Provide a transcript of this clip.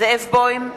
זאב בוים,